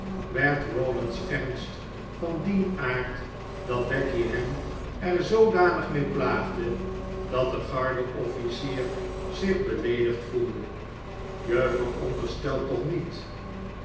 werd rawdon's ernst van dien aard dat becky hem er zoodanig mee plaagde dat de garde offlcier zich beleedigd voelde je veronderstelt toch niet